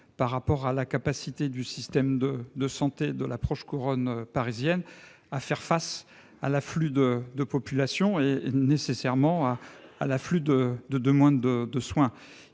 la ministre, la capacité du système de santé de la proche couronne parisienne à faire face à l'afflux de population et nécessairement à l'afflux de demande de soins